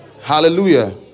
Hallelujah